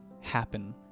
happen